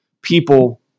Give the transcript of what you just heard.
people